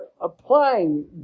applying